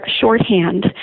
shorthand